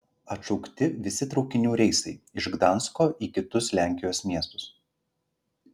atšaukti visi traukinių reisai iš gdansko į kitus lenkijos miestus